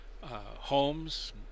homes